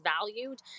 valued